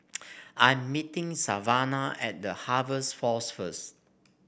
I'm meeting Savana at The Harvest Force first